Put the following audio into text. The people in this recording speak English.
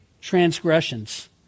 transgressions